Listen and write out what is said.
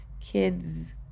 kids